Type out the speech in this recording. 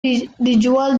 dijual